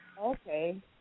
Okay